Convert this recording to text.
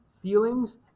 feelings